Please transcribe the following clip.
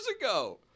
ago